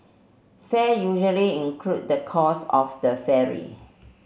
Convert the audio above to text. fare usually include the cost of the ferry